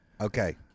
Okay